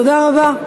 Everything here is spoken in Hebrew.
תודה רבה.